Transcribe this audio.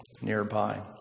nearby